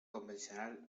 convencional